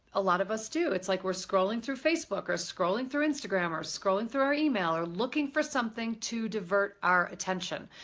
a lot of us do. it's like we're scrolling through facebook, or scrolling through instagram, or scrolling through our email, or looking for something to divert our attention.